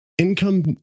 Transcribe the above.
income